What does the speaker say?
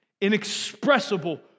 Inexpressible